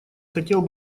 хотел